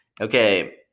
okay